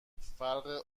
فرق